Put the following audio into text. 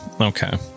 Okay